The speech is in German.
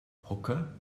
hocker